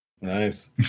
Nice